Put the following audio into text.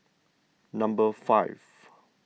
number five